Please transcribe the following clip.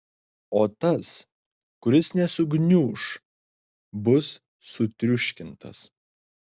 o tas kuris nesugniuš bus sutriuškintas